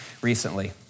recently